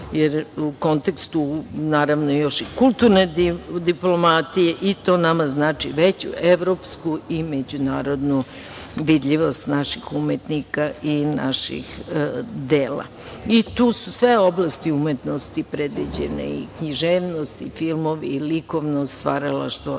jer u kontekstu, naravno još i kulturne diplomatije i to nama znači veću evropsku i međunarodnu vidljivost naših umetnika i naših dela. Tu su sve oblasti umetnosti predviđene, i književnost, i filmovi, i likovno stvaralaštvo,